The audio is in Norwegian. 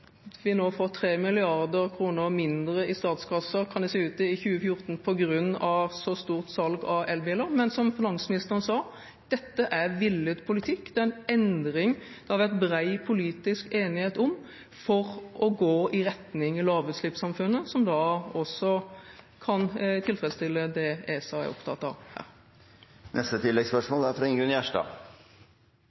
i statskassen i 2014 på grunn av stort salg av elbiler. Men som finansministeren sa: Dette er villet politikk. Det er en endring det har vært bred politisk enighet om for å gå i retning av lavutslippssamfunnet, som også kan tilfredsstille det ESA er opptatt av. Ingunn Gjerstad – til oppfølgingsspørsmål. Som flere andre her er